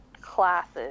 classes